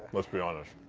let's be honest.